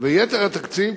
ויתר התקציב,